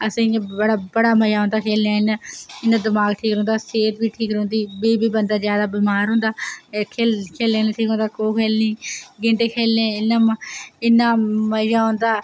असें इं'या बड़ा मज़ा आंदा खेल्लने कन्नै इं'या दमाक ठीक रौहंदा सेह्त बी ठीक रौहंदी बेही बेही बंदा जादै बमार होंदा एह् खेल्लना खो खेल्लनी गीह्टे खेल्लने इन्ना मज़ा औंदा